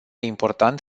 important